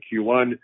Q1